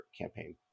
campaign